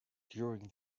during